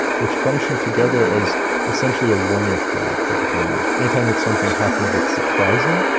which function together as essentially a warning flag for the brain. any time that something happens that's surprising,